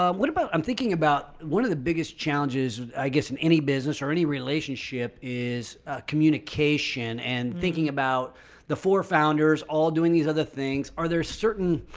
um what about i'm thinking about one of the biggest challenges, i guess, in any business or any relationship is communication and thinking about the four founders all doing these other things. are there certain